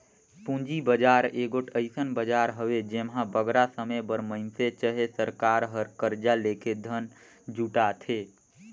पूंजी बजार एगोट अइसन बजार हवे जेम्हां बगरा समे बर मइनसे चहे सरकार हर करजा लेके धन जुटाथे